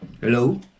Hello